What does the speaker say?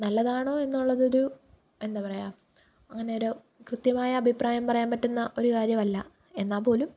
നല്ലതാണോ എന്നുള്ളതൊരു എന്താ പറയുക അങ്ങനെയൊരു കൃത്യമായ അഭിപ്രായം പറയാന് പറ്റുന്ന ഒരു കാര്യമല്ല എന്നാൽ പോലും